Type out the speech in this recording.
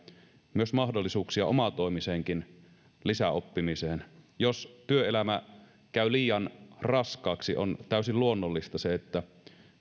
myös mahdollisuuksia omatoimiseenkin lisäoppimiseen jos työelämä käy liian raskaaksi on täysin luonnollista että